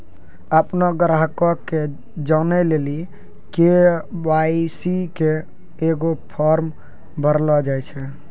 अपनो ग्राहको के जानै लेली के.वाई.सी के एगो फार्म भरैलो जाय छै